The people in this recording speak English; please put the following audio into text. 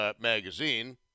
magazine